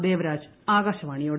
ദേവരാജ് ആകാശവാണിയോട്